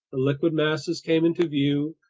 the liquid masses came into view,